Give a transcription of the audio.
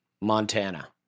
Montana